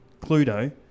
Cluedo